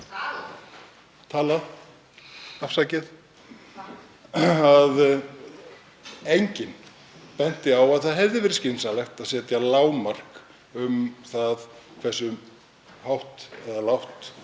Talað, afsakið. Enginn benti á að það hefði verið skynsamlegt að setja lágmark um það hversu hátt eða lágt